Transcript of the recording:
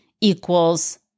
equals